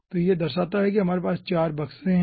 तो यह दर्शाता है कि हमारे पास 4 बक्से हैं